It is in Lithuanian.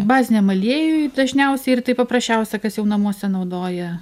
baziniam aliejuj dažniausiai ir tai paprasčiausia kas jau namuose naudoja